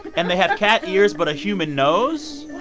and they have cat ears but a human nose